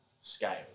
scale